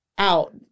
Out